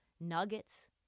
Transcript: Nuggets